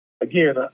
again